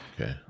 Okay